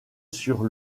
sur